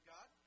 God